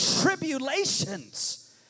tribulations